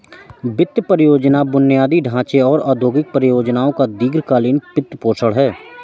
वित्त परियोजना बुनियादी ढांचे और औद्योगिक परियोजनाओं का दीर्घ कालींन वित्तपोषण है